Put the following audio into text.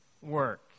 work